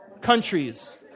countries